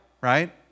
right